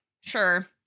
Sure